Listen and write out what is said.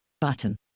button